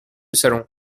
salon